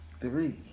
three